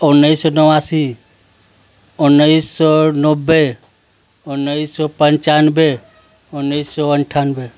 उन्नीस सौ नवासी उन्नीस सौ नब्बे उन्नीस सौ पंचानवे उन्नीस सौ अंठानवे